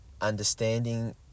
understanding